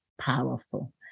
powerful